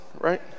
right